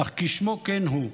אך כשמו כן הוא,